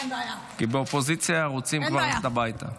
כי באופוזיציה כבר רוצים ללכת הביתה.